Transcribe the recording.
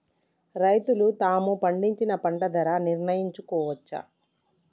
రైతులు తాము పండించిన పంట ధర నిర్ణయించుకోవచ్చా?